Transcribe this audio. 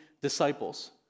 disciples